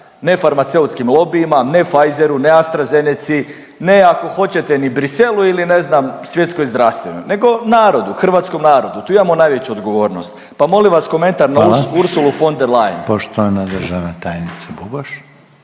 ne farmaceutskim lobijima, ne Pfizeru, ne AstraZeneci, ne ako hoćete ni Briselu ili ne znam Svjetskoj zdravstvenoj nego narodu, hrvatskom narodu, tu imamo najveću odgovornost, pa molim vas …/Upadica Reiner: Hvala./…komentar na Ursulu von der Leyen.